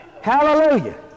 Hallelujah